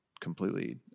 completely